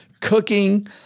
cooking